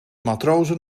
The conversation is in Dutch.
matrozen